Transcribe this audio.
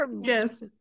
yes